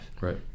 Right